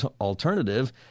alternative